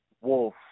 wolf